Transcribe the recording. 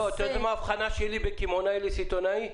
את יודעת מה ההבחנה שלי בין קמעונאי לסיטונאי?